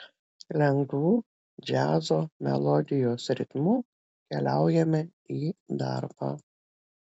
lengvu džiazo melodijos ritmu keliaujame į darbą